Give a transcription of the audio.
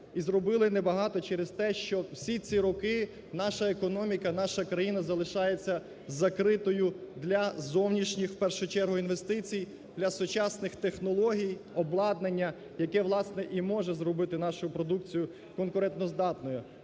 і зробили небагато через те, що всі ці роки наша економіка, наша країна залишається закритою для зовнішніх, в першу чергу, інвестицій, для сучасних технологій, обладнання, яке, власне, і може зробити нашу продукцію конкурентоздатною.